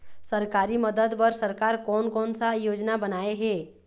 सरकारी मदद बर सरकार कोन कौन सा योजना बनाए हे?